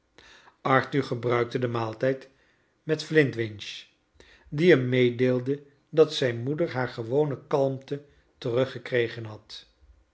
arthur gebruikte den maaltijd met elintwinch die hem meedeelde dat zijn moeder haar gewone kalmte teruggekregen had